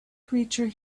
creature